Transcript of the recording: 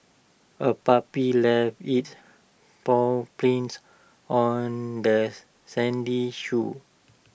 A puppy left its paw prints on the sandy shore